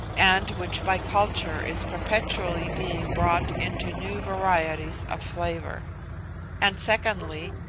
and which by culture is perpetually being brought into new varieties of flavour and, secondly,